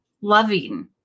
loving